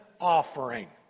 offering